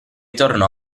tornò